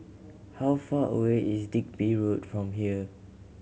how far away is Digby Road from here